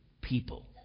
people